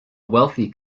wealthy